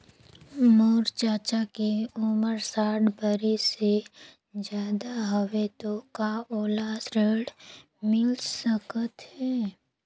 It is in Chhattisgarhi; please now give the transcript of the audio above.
मोर चाचा के उमर साठ बरिस से ज्यादा हवे तो का ओला ऋण मिल सकत हे?